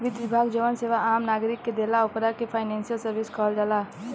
वित्त विभाग जवन सेवा आम नागरिक के देला ओकरा के फाइनेंशियल सर्विस कहल जाला